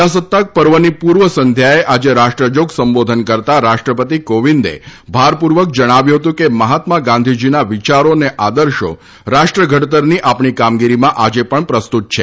પ્રજાસત્તાક પર્વની પૂર્વ સધ્યાએ આજે રાષ્ટ્રજોગ સંબોધન કરતા રાષ્ટ્રપતિ કોવિંદે ભાર પૂર્વક જણાવ્યુ હતુ કે મહાત્મા ગાંધીજીના વિયારો અને આદર્શો રાષ્ટ્ર ઘડતરની આપણી કામગીરીમાં આજે પણ પ્રસ્તુત છે